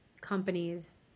companies